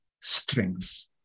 strength